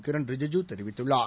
கிரள் ரிஜூஜ்ஜ் தெரிவித்துள்ளார்